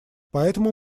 поэтому